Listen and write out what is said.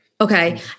Okay